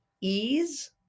EASE